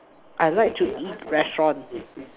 I like to eat restaurant